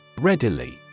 Readily